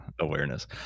awareness